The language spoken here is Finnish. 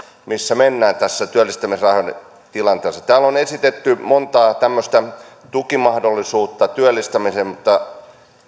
missä mennään tässä työllistämisrahan tilanteessa täällä on esitetty monta tämmöistä tukimahdollisuutta työllistämiseen mutta